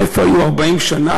איפה הם היו 40 שנה?